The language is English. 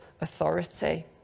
authority